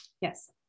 Yes